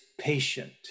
patient